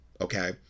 Okay